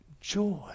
joy